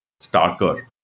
starker